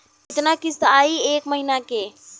कितना किस्त आई एक महीना के?